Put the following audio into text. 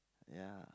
ya